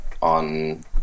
on